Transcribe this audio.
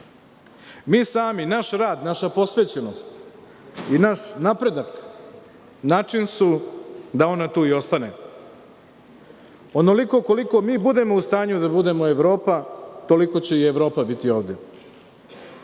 Mi sami, naš rad, naša posvećenost i naš napredak način su da ona tu i ostane. Onoliko koliko mi budemo u stanju da budemo Evropa, toliko će i Evropa biti ovde.